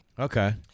Okay